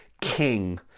King